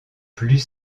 plus